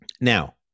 Now